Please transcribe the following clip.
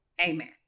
Amen